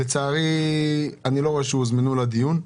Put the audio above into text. לצערי אני לא רואה שהוזמנו לדיון,